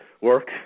work